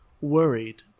worried